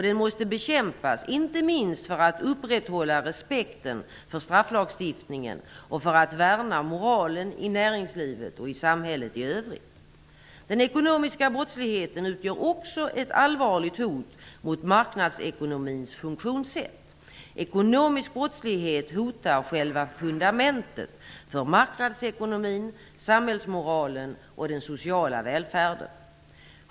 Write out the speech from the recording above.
Den måste bekämpas inte minst för att upprätthålla respekten för strafflagstiftningen och för att värna moralen i näringslivet och i samhället i övrigt. Den ekonomiska brottsligheten utgör också ett allvarligt hot mot marknadsekonomins funktionssätt. Ekonomisk brottslighet hotar själva fundamentet för marknadsekonomin, samhällsmoralen och den sociala välfärden.